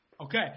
Okay